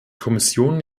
kommission